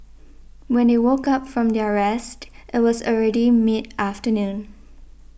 when they woke up from their rest it was already mid afternoon